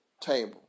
table